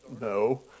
No